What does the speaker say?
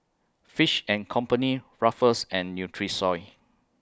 Fish and Company Ruffles and Nutrisoy